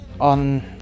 on